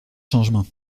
changement